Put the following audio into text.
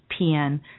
PN